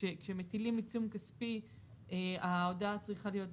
כשמטילים עיצום כספי ההודעה צריכה להיות בכתב,